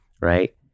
right